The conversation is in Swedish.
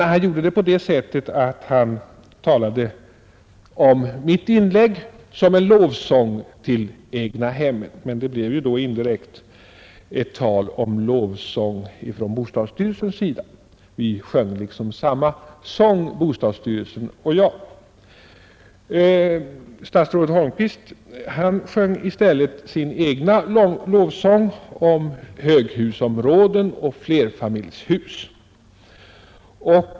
Han gjorde det genom att tala om mitt inlägr som en lovsång till egnahemmet, men det blev ju då indirekt ett tal om lovsång från bostadsstyrelsens sida; vi sjöng liksom samma sång, bostadsstyrelsen och jag. Statsrådet Holmqvist sjöng i stället sin egen lovsång om höghusområden och flerfamiljshus.